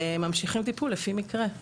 וממשיכים טיפול לפי מקרה.